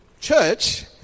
church